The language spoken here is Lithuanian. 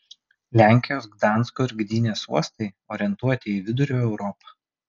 lenkijos gdansko ir gdynės uostai orientuoti į vidurio europą